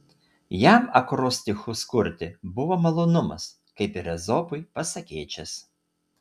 jam akrostichus kurti buvo malonumas kaip ir ezopui pasakėčias